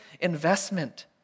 investment